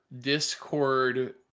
Discord